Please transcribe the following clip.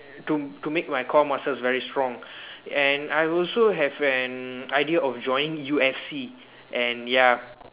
to to make my core muscles very strong and I also have an idea of joining U_F_C and ya